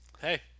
hey